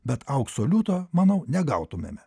bet aukso liūto manau negautumėme